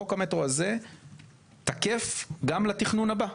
חוק המטרו הזה תקף גם לתכנון הבא.